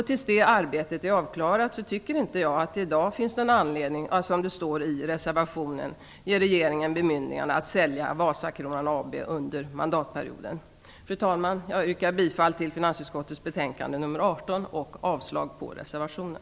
Tills det arbetet är avklarat tycker inte jag att det i dag finns någon anledning att, som det står i reservationen, ge regeringen bemyndigande att sälja Vasakronan AB under mandatperioden. Fru talman! Jag yrkar bifall till finansutskottets betänkande nr 18 och avslag på reservationen.